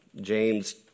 James